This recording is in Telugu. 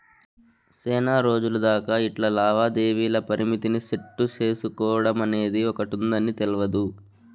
సేనారోజులు దాకా ఇట్లా లావాదేవీల పరిమితిని సెట్టు సేసుకోడమనేది ఒకటుందని తెల్వదు